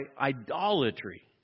idolatry